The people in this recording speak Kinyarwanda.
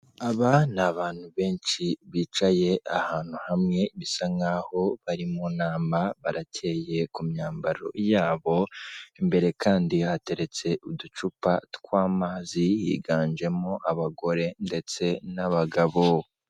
Aba ni abantu benshi bicaye ahantu hamwe bisa nk'aho bari mu nama barakeye ku myambaro yabo imbere kandi hateretse uducupa tw'amazi yiganjemo abagore ndetse n'abagabo ,